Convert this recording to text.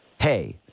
hey